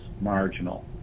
marginal